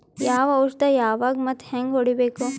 ಯಾವ ಔಷದ ಯಾವಾಗ ಮತ್ ಹ್ಯಾಂಗ್ ಹೊಡಿಬೇಕು?